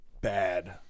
bad